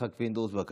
יצחק פינדרוס, בבקשה.